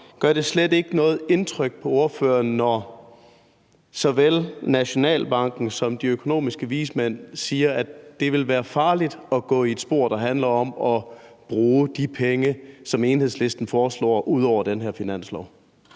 Gør det slet ikke noget indtryk på ordføreren, når såvel Nationalbanken som de økonomiske vismænd siger, at det ville være farligt at gå i et spor, der handler om at bruge de penge, som Enhedslisten foreslår ud over den her finanslov?